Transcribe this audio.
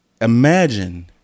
Imagine